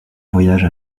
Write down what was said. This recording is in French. voyage